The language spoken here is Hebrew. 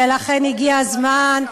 ולכן הגיע הזמן,